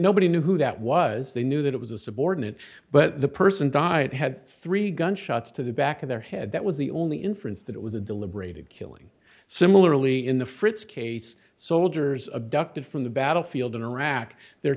nobody knew who that was they knew that it was a subordinate but the person died had three gunshots to the back of their head that was the only inference that it was a deliberative killing similarly in the fritz case soldiers abducted from the battlefield in iraq they're